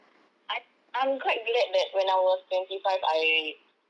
I I'm quite glad that when I was twenty five I